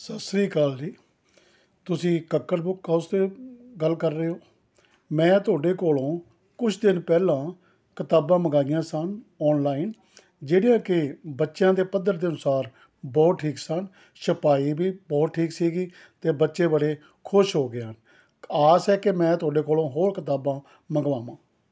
ਸਤਿ ਸ਼੍ਰੀ ਅਕਾਲ ਜੀ ਤੁਸੀਂ ਕੱਕੜ ਬੁੱਕ ਹਾਊਸ ਤੋਂ ਗੱਲ ਕਰ ਰਹੇ ਹੋ ਮੈਂ ਤੁਹਾਡੇ ਕੋਲੋਂ ਕੁਛ ਦਿਨ ਪਹਿਲਾਂ ਕਿਤਾਬਾਂ ਮੰਗਵਾਈਆਂ ਸਨ ਆਨਲਾਈਨ ਜਿਹੜੀਆਂ ਕਿ ਬੱਚਿਆਂ ਦੇ ਪੱਧਰ ਦੇ ਅਨੁਸਾਰ ਬਹੁਤ ਠੀਕ ਸਨ ਛਪਾਈ ਵੀ ਬਹੁਤ ਠੀਕ ਸੀਗੀ ਅਤੇ ਬੱਚੇ ਬੜੇ ਖੁਸ਼ ਹੋ ਗਏ ਹਨ ਆਸ ਹੈ ਕਿ ਮੈਂ ਤੁਹਾਡੇ ਕੋਲੋਂ ਹੋਰ ਕਿਤਾਬਾਂ ਮੰਗਵਾਂਵਾ